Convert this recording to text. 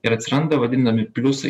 ir atsiranda vadinami pliusai